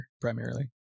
primarily